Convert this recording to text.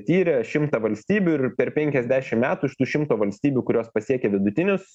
tyrė šimtą valstybių ir per penkiasdešimt metų iš tų šimto valstybių kurios pasiekia vidutinius